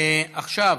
עכשיו,